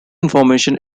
information